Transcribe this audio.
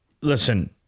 listen